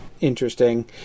interesting